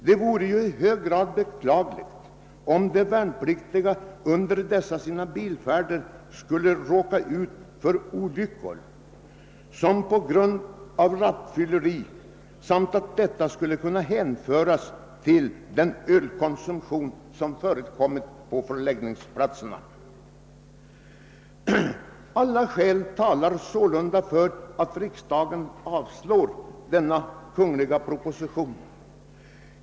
Det vore i hög grad beklagligt om de värnpliktiga under sina bilresor skulle råka ut för olyckor till följd av rattfylleri som kan påvisas bero på ölkonsumtion inom förläggningen. Alla skäl talar sålunda för att riksdagen avslår förevarande kungl. proposition.